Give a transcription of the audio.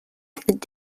acted